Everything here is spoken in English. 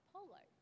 Polo